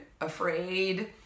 afraid